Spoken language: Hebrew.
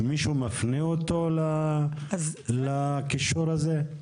מישהו מפנה אותו לקישור הזה?